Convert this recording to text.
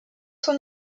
son